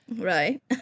Right